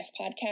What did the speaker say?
podcast